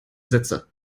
sätze